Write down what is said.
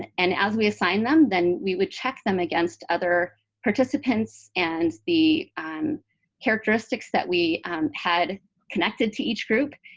and as we assigned them, then we would check them against other participants and the um characteristics that we had connected to each group.